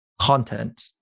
content